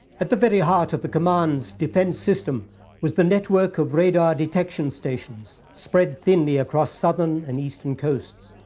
at the very heart of the command's defense system was the network of radar detection stations spread thinly across southern and eastern coasts.